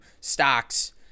stocks